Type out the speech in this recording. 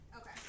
okay